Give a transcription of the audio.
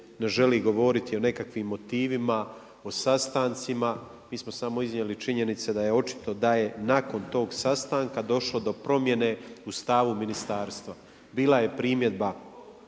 ne želi govoriti o nekakvim motivima, o sastancima, mi smo samo iznijeli činjenice da je očito da je nakon tog sastanka došlo do promjene u stavu ministarstva. Bila je primjedba